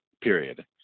period